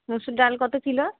মুসুর ডাল কত কিলো